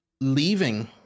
leaving